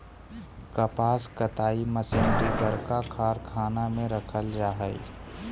कपास कताई मशीनरी बरका कारखाना में रखल जैय हइ